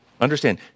Understand